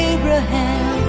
Abraham